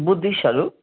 बुद्धिस्टहरू